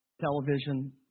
television